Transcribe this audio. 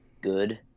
good